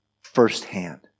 firsthand